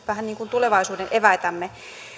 vähän niin kuin tulevaisuuden eväitämme